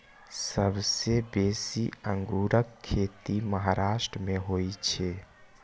सबसं बेसी अंगूरक खेती महाराष्ट्र मे होइ छै